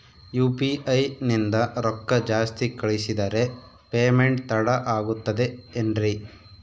UPI ನಿಂದ ರೊಕ್ಕ ಜಾಸ್ತಿ ಕಳಿಸಿದರೆ ಪೇಮೆಂಟ್ ತಡ ಆಗುತ್ತದೆ ಎನ್ರಿ?